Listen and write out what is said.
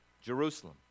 Jerusalem